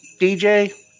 DJ